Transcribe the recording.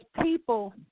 people